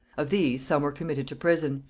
of these, some were committed to prison,